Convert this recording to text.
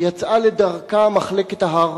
יצאה לדרכה "מחלקת ההר".